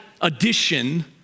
addition